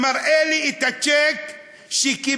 והוא מראה את הצ'ק שקיבל,